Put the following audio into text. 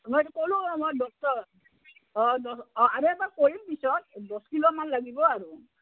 মইটো ক'লোঁ মই দহ অঁ দহ অঁ আৰু এবাৰ কৰিম পিছত দহ কিলোমান লাগিব আৰু